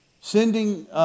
Sending